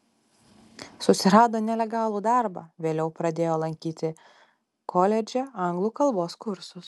susirado nelegalų darbą vėliau pradėjo lankyti koledže anglų kalbos kursus